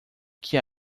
que